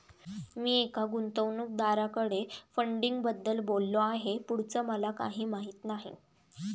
मी एका गुंतवणूकदाराकडे फंडिंगबद्दल बोललो आहे, पुढचं मला काही माहित नाही